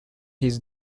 his